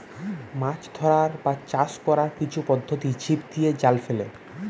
মাছ ধরার বা চাষ কোরার কিছু পদ্ধোতি ছিপ দিয়ে, জাল ফেলে